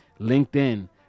LinkedIn